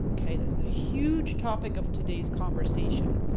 okay? this is a huge topic of today's conversation,